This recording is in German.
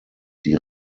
die